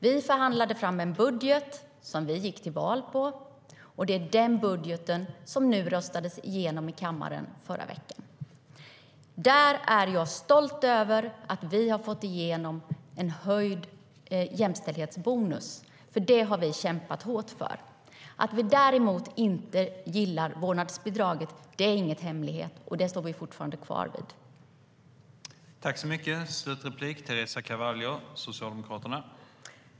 Vi förhandlade fram en budget som vi gick till val på, och det är den budgeten som röstades igenom i kammaren i förra veckan. Där är jag stolt över att vi har fått igenom en höjd jämställdhetsbonus, för det har vi kämpat hårt för. Att vi däremot inte gillar vårdnadsbidraget är ingen hemlighet, och det står vi fortfarande fast vid.